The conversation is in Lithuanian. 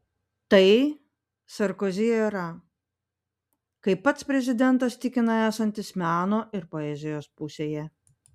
tai sarkozi era kai pats prezidentas tikina esantis meno ir poezijos pusėje